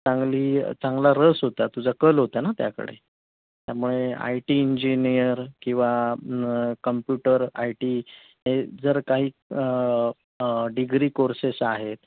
चांगली चांगला रस होता तुझा कल होता ना त्याकडे त्यामुळे आय टी इंजिनियर किंवा कम्प्युटर आय टी हे जर काही डिग्री कोर्सेस आहेत